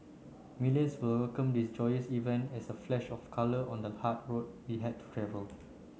millions will welcome this joyous event as a flash of colour on the hard road we have to travel